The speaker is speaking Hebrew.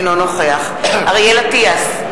אינו נוכח אריאל אטיאס,